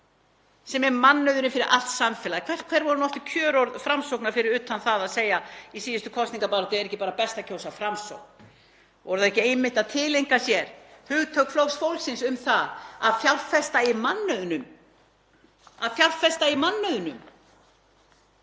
sem er mannauðurinn fyrir allt samfélagið. Hver voru aftur kjörorð Framsóknar, fyrir utan það að segja í síðustu kosningabaráttu: Er ekki bara best að kjósa Framsókn? Voru þau ekki einmitt að tileinka sér hugtök Flokks fólksins um það að fjárfesta í mannauðnum? Við erum mannauður